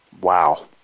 Wow